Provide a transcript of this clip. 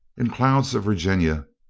in clouds of virginia,